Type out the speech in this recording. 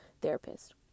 therapist